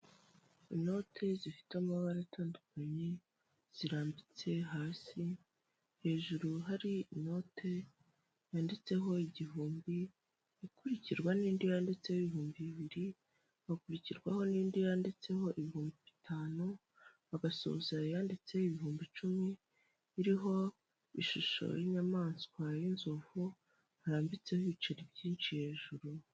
Inoti zifite amabara atandukanye zirambitse hasi, hejuru hari inote yanditseho igihumbi ikurikirwa n'indi yanditseho ibihumbi bibiri, hakurikirwaho n'indi yanditseho ibihumbi bitanu agasozera yanditse ibihumbi icumi, iriho ishusho y'inyamaswa y'inzovu harambitseho ibiceri byinshi hejuru.